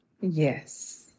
Yes